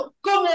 ¿Cómo